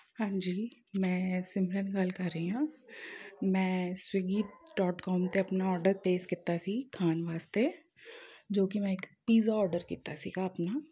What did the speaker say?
ਹਾਂਜੀ ਮੈਂ ਸਿਮਰਨ ਗੱਲ ਕਰ ਰਹੀ ਹਾਂ ਮੈਂ ਸਵਿੱਗੀ ਡੋਟ ਕੌਮ 'ਤੇ ਆਪਣਾ ਔਡਰ ਪਲੇਸ ਕੀਤਾ ਸੀ ਖਾਣ ਵਾਸਤੇ ਜੋ ਕਿ ਮੈਂ ਇੱਕ ਪੀਜ਼ਾ ਔਡਰ ਕੀਤਾ ਸੀਗਾ ਆਪਣਾ